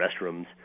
restrooms